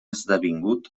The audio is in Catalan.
esdevingut